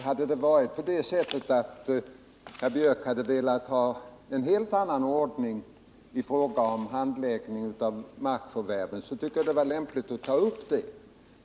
Herr talman! Om Gunnar Björk i Gävle vill ha en helt annan ordning i fråga om handläggningen av markförvärven tycker jag det hade varit lämpligt att ta upp det.